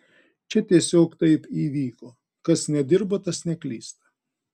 čia tiesiog taip įvyko kas nedirba tas neklysta